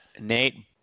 Nate